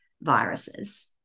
viruses